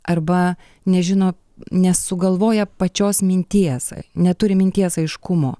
arba nežino nesugalvoja pačios minties neturi minties aiškumo